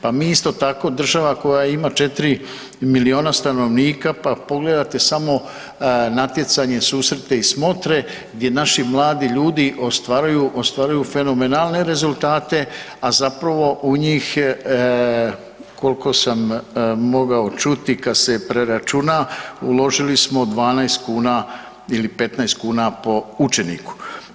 Pa mi isto tako, država koja ima 4 milijuna stanovnika, pa pogledajte samo natjecanje, susrete i smotre, gdje naši mladi ljudi ostvaruju fenomenalne rezultate, a zapravo u njih, koliko sam mogao čuti, kad se preračuna, uložili smo 12 kuna ili 15 kuna po učeniku.